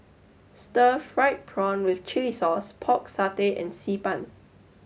Stir Fried Prawn with Chili Sauce Pork Satay and Xi Ban